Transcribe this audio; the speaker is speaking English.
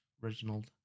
Reginald